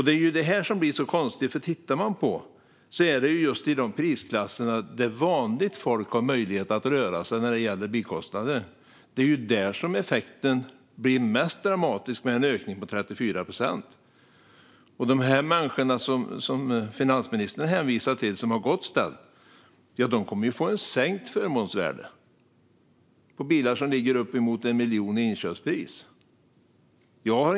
Det är det här som blir så konstigt, för det är just i de prisklasser där vanligt folk har möjlighet att röra sig när det gäller bilkostnader som effekten blir mest dramatisk, med en ökning på 34 procent. De människor som har det gott ställt och som finansministern hänvisar till kommer ju att få ett sänkt förmånsvärde på bilar som ligger uppemot 1 miljon i inköpspris.